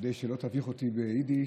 כדי שלא תביך אותי ביידיש,